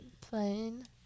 Plain